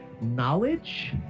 knowledge